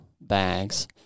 bags